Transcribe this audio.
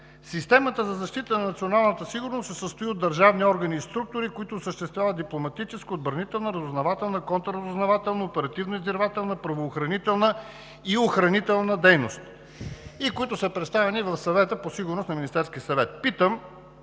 Системата за защита на националната сигурност се състои от държавни органи и структури, които осъществяват дипломатическа, отбранителна, разузнавателна, контраразузнавателна, оперативно-издирвателна, правоохранителна и охранителна дейност, и които са представени в Съвета по сигурност на Министерския съвет.